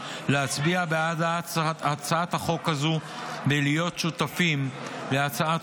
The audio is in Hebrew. להצביע בעד הצעת החוק הזו ולהיות שותפים להצעת